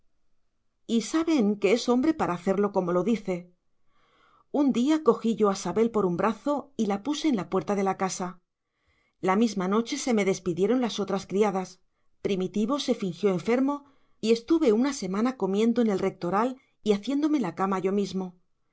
y saben que es hombre para hacerlo como lo dice un día cogí yo a sabel por un brazo y la puse en la puerta de la casa la misma noche se me despidieron las otras criadas primitivo se fingió enfermo y estuve una semana comiendo en la rectoral y haciéndome la cama yo mismo